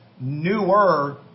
newer